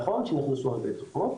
נכון שנכנסו הרבה תרופות,